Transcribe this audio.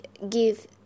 give